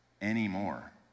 anymore